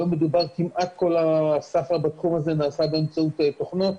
היום כמעט כל הסחר בתחום הזה נעשה באמצעות תוכנות,